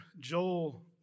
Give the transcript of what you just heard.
Joel